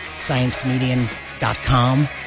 sciencecomedian.com